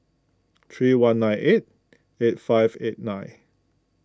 three one nine eight eight five eight nine